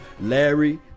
Larry